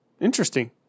Interesting